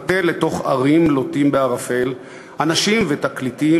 מתפתל לתוך ערים לוטים בערפל / אנשים ותקליטים,